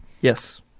Yes